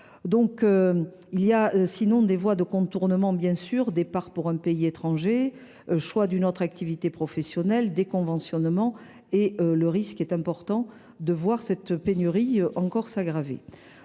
! Compte tenu des voies de contournement existantes – départ pour un pays étranger, choix d’une autre activité professionnelle, déconventionnement… –, le risque est important de voir cette pénurie s’aggraver